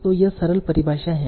तो यहाँ सरल परिभाषाएँ हैं